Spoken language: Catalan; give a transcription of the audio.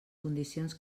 condicions